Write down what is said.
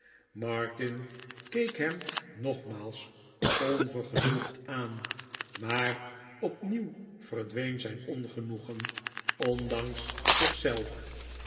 keek hem nogmaals onvergenoegd aan maar opnieuw verdween zijn ongenoegen ondanks